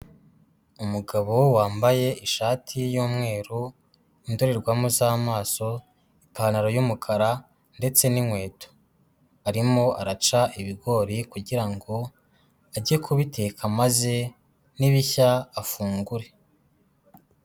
Umugabo wambaye ishati y'umweru, indorerwamo z'amaso, ipantaro y'umukara ndetse n'inkweto, arimo araca ibigori kugira ngo ajye kubiteka maze nibishya afungure.